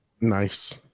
Nice